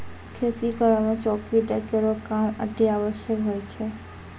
खेती करै म चौकी दै केरो काम अतिआवश्यक होय छै